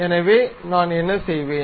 எனவே நான் என்ன செய்வேன்